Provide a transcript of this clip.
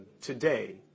today